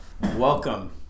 welcome